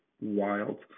wild